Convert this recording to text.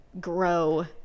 Grow